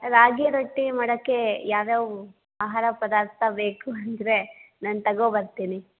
ರಾಗಿ ರೊಟ್ಟಿ ಮಾಡೋಕ್ಕೆ ಯಾವ್ಯಾವ ಆಹಾರ ಪದಾರ್ಥ ಬೇಕು ಅಂದರೆ ನಾನು ತೊಗೊಬರ್ತೀನಿ